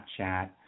Snapchat